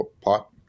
pot